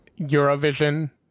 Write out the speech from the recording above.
Eurovision